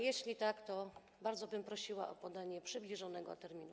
Jeśli tak, to bardzo bym prosiła o podanie przybliżonego terminu.